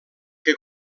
que